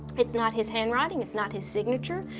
it's not his handwriting, it's not his signature.